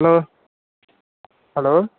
hello hello